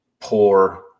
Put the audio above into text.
poor